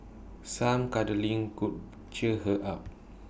some cuddling could cheer her up